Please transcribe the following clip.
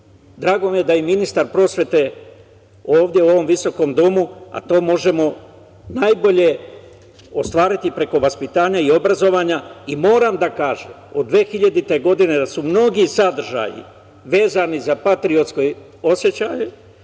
Drago mi je da je i ministar prosvete ovde u ovom visokom domu, a to možemo najbolje ostvariti preko vaspitanja i obrazovanja i moram da kažem od 2000. godine da su mnogi sadržaji vezani za patriotske osećaje